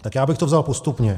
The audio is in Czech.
Tak já bych to vzal postupně.